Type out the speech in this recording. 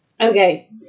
Okay